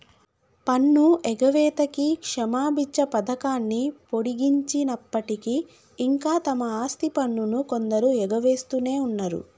పన్ను ఎగవేతకి క్షమబిచ్చ పథకాన్ని పొడిగించినప్పటికీ ఇంకా తమ ఆస్తి పన్నును కొందరు ఎగవేస్తునే ఉన్నరు